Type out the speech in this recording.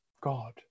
God